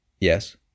Yes